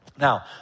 Now